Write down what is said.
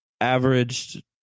averaged